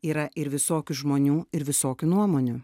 yra ir visokių žmonių ir visokių nuomonių